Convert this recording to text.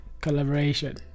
collaboration